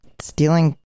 stealing